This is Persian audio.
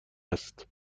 است